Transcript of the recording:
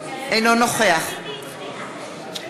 אינו נוכח דב